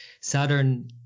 Saturn